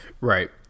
Right